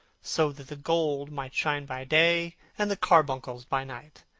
so that the gold might shine by day and the carbuncles by night.